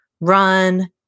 run